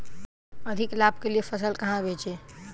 अधिक लाभ के लिए फसल कहाँ बेचें?